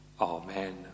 Amen